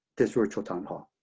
this virtual town hall.